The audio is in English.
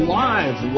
live